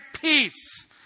peace